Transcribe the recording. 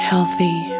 Healthy